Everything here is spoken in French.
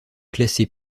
classée